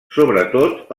sobretot